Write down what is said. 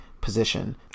position